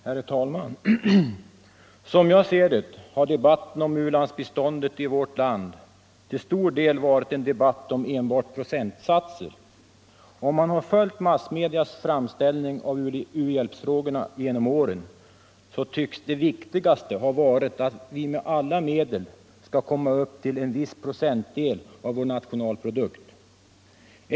Herr talman! Som jag ser det har debatten om u-landsbiståndet i vårt land till stor del enbart gällt procentsatser. Den som följt massmedias framställning av u-hjälpsfrågorna genom åren har fått intrycket att det viktigaste skulle ha varit att med alla medel föra upp u-landsbiståndets storlek till en viss procentandel av vår nationalprodukt.